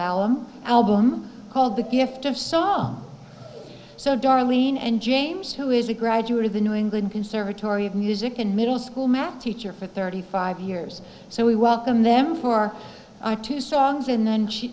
alum album called the gift of song so darlene and james who is a graduate of the new england conservatory of music in middle school math teacher for thirty five years so we welcome them for our two songs in the end she